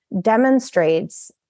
demonstrates